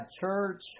Church